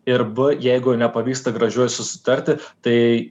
ir b jeigu nepavyksta gražiuoju susitarti tai